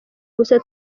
gusa